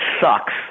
sucks